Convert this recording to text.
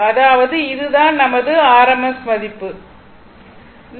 அதாவது இது தான் நமது rms மதிப்பு ஆகும்